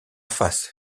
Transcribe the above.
face